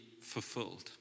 fulfilled